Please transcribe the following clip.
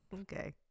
Okay